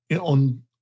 on